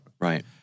Right